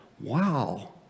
wow